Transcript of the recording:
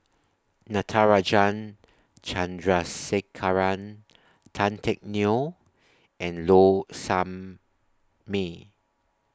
Natarajan Chandrasekaran Tan Teck Neo and Low Sanmay